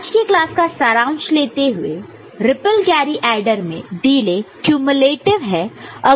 आज के क्लास का सारांश लेते हुए रिप्पल कैरी एडर में डिले क्यूम्यूलेटिव़ है